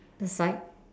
that's like